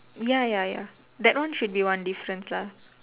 ya ya ya that one should be one difference lah